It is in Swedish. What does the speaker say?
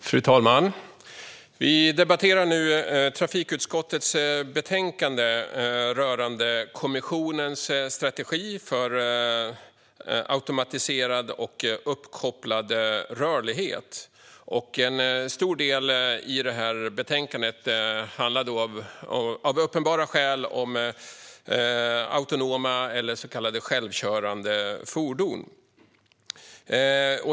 Fru talman! Vi debatterar nu trafikutskottets betänkande rörande kommissionens strategi för automatiserad och uppkopplad rörlighet. En stor del av detta betänkande handlar av uppenbara skäl om autonoma eller så kallade självkörande fordon.